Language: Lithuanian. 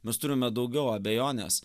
mes turime daugiau abejonės